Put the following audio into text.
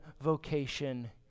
vocation